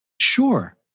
Sure